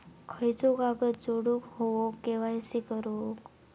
खयचो कागद जोडुक होयो के.वाय.सी करूक?